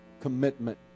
Commitment